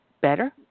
better